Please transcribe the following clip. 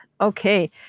Okay